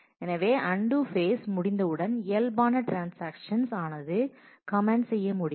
எனவே and phase முடிந்த உடன் இயல்பான ட்ரான்ஸாக்ஷன் ஆனது கமெண்ட் செய்ய முடியும்